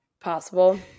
possible